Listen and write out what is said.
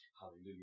Hallelujah